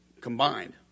combined